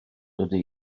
dydy